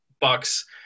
bucks